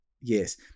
yes